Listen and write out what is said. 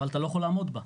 אבל אתה לא יכול לעמוד בה.